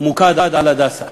ממוקדת ב"הדסה".